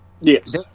Yes